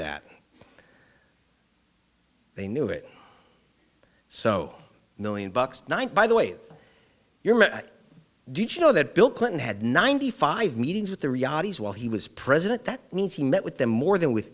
that they knew it so million bucks night by the way did you know that bill clinton had ninety five meetings with the realities while he was president that means he met with them more than with